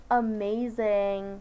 amazing